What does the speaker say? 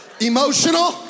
emotional